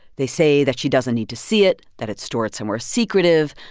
they say that she doesn't need to see it, that it's stored somewhere secretive.